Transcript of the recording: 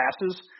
passes